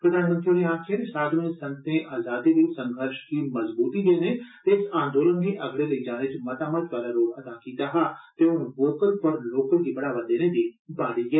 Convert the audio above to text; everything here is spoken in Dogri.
प्रधानमंत्री होरें आक्खेआ जे साधुएं संतें अजादी लेई संघर्ष गी मजबूती देने ते इस आंदोलन गी अगड़े लेई जाने च मता महत्वै आला रोल अदा कीता हा ते हून वोकल फार लोकल गी बढ़ावा देने दी बारी ऐ